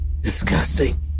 disgusting